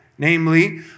Namely